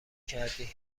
کردی